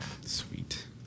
Sweet